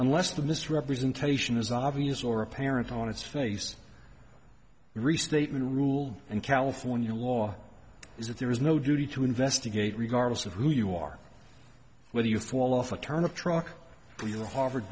unless the misrepresentation is obvious or apparent on its face restatement a rule and california law is that there is no duty to investigate regardless of who you are whether you fall off a turnip truck or harvard